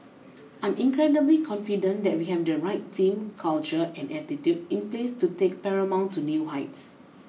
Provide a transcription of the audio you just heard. I'm incredibly confident that we have the right team culture and attitude in place to take Paramount to new heights